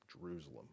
Jerusalem